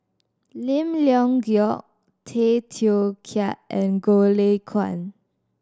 Lim Leong Geok Tay Teow Kiat and Goh Lay Kuan